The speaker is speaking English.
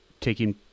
taking